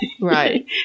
Right